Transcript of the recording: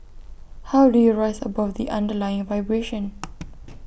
how do you rise above the underlying vibration